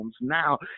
now